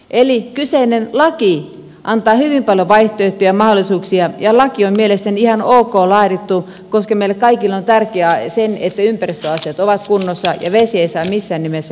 eli kyseinen laki antaa hyvin paljon vaihtoehtoja ja mahdollisuuksia ja laki on mielestäni ihan ok laadittu koska meille kaikille on tärkeää se että ympäristöasiat ovat kunnossa ja vesiä ei saa missään nimessä pilata